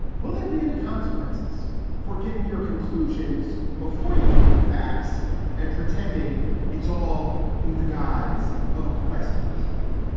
will there be any consequences for getting your conclusions before you get your facts and pretending it's all in the guise of a quest for truth?